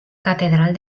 catedral